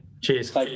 Cheers